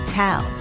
tell